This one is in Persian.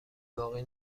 باقی